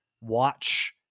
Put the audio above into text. watch